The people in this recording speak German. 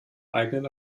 eigenen